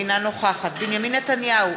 אינה נוכחת בנימין נתניהו,